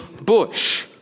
bush